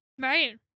Right